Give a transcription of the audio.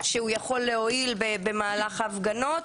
שיכול להועיל במהלך ההפגנות.